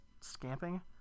Scamping